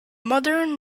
modern